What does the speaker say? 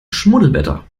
schmuddelwetter